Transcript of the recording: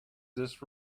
this